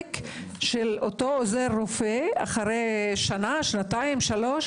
האופק של אותו עוזר רופא אחרי שנה, שנתיים, שלוש.